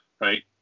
Right